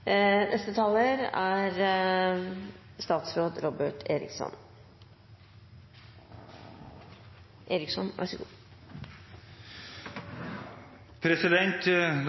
La